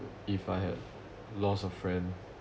if I had lost a friend